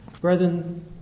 Brethren